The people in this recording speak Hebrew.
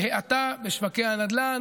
בהאטה בשוקי הנדל"ן,